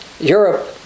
Europe